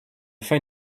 fin